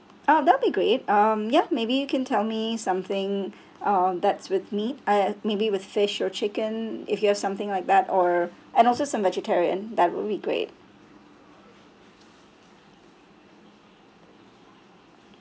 oh that'll be great um ya maybe you can tell me something um that's with meat uh maybe with fish or chicken if you have something like that or and also some vegetarian that will be great